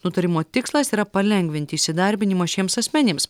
nutarimo tikslas yra palengvinti įsidarbinimą šiems asmenims